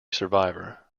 survivor